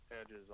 Edges